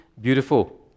beautiful